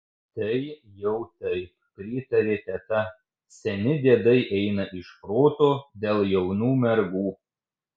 tai jau taip pritarė teta seni diedai eina iš proto dėl jaunų mergų